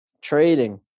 trading